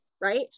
Right